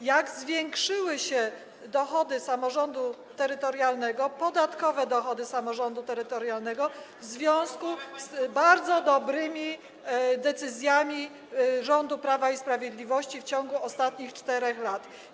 O ile zwiększyły się dochody samorządu terytorialnego, podatkowe dochody samorządu terytorialnego w związku z bardzo dobrymi decyzjami rządu Prawa i Sprawiedliwości w ciągu ostatnich 4 lat?